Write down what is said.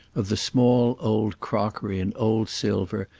of the small old crockery and old silver,